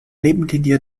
nebenlinie